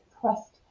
trust